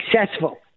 successful